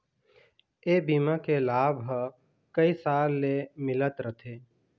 ए बीमा के लाभ ह कइ साल ले मिलत रथे